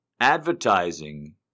Advertising